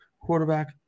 quarterback